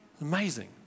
Amazing